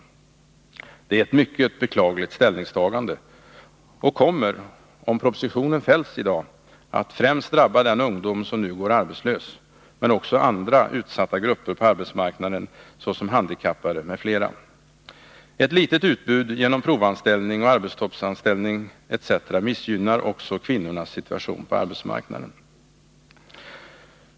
Detta är ett mycket beklagligt ställningstagande, och det kommer — om propositionen fälls — att främst drabba den ungdom som nu går arbetslös men också andra utsatta grupper på arbetsmarknaden, såsom handikappade. Ett litet utbud genom provanställning och arbetstoppsanställning etc. missgynnar också kvinnornas situation på arbetsmarknaden.